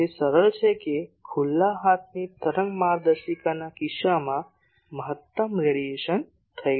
હવે તેથી તે સરળ છે કે ખુલ્લા હાથની તરંગ માર્ગદર્શિકાના કિસ્સામાં મહત્તમ રેડિયેશન થઈ રહ્યું છે